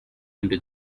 into